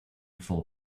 full